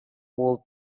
would